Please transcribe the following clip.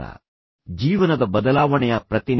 ಇದು ಜೀವನದ ಬದಲಾವಣೆಯ ಪ್ರತಿನಿಧಿ